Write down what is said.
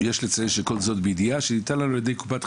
כל זאת בידיעה שניתן לנו חופש בחירה מצד קופ"ח